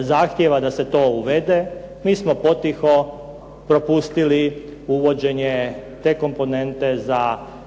zahtjeva da se to uvede? Mi smo potiho propustili uvođenje te komponente za države